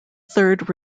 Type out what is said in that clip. third